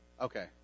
Okay